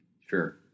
Sure